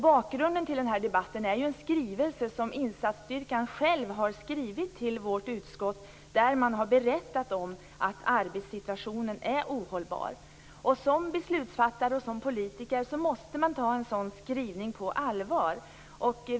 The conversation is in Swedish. Bakgrunden till den här debatten är ju en skrivelse som insatsstyrkan själv har riktat till vårt utskott där man har berättat om att arbetssituationen är ohållbar. Som beslutsfattare och politiker måste man ta en sådan skrivning på allvar.